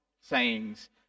sayings